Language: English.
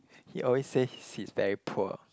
he always say he he's very poor